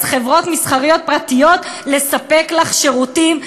חברות מסחריות פרטיות לספק לך שירותים.